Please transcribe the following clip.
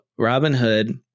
Robinhood